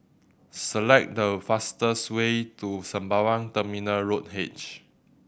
select the fastest way to Sembawang Terminal Road H